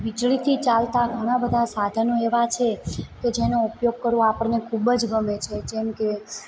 હા વીજળીથી ચાલતાં ઘણાં બધા સાધનો એવા છે તો જેનો ઉપયોગ કરવો આપણને ખૂબ જ ગમે છે જેમ કે